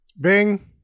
Bing